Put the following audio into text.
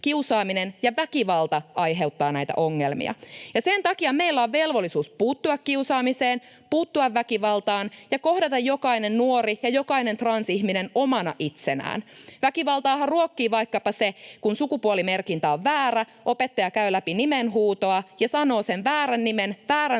kiusaaminen ja väkivalta aiheuttavat näitä ongelmia. Sen takia meillä on velvollisuus puuttua kiusaamiseen, puuttua väkivaltaan ja kohdata jokainen nuori ja jokainen transihminen omana itsenään. Väkivaltaahan ruokkii vaikkapa se, kun sukupuolimerkintä on väärä, opettaja käy läpi nimenhuutoa ja sanoo sen väärän nimen, väärän